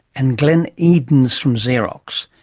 and glenn edens from xerox.